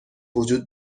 وجود